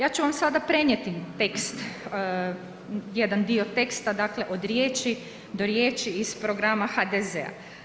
Ja ću vam sada prenijeti tekst, jedan dio teksta dakle od riječi do riječi iz programa HDZ-a.